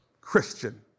Christian